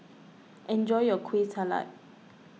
enjoy your Kueh Salat